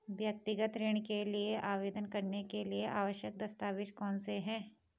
व्यक्तिगत ऋण के लिए आवेदन करने के लिए आवश्यक दस्तावेज़ कौनसे हैं?